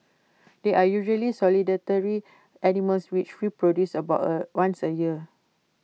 they are usually solitary animals which reproduce about A once A year